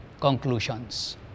conclusions